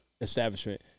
establishment